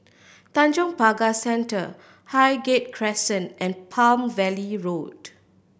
Tanjong Pagar Centre Highgate Crescent and Palm Valley Road